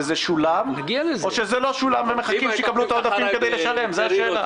וזה שולם או שזה לא שולם --- זה שולם